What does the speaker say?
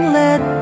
let